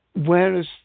whereas